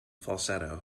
falsetto